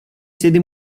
sede